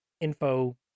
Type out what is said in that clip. info